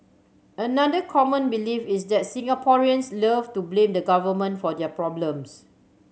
another common belief is that Singaporeans love to blame the Government for their problems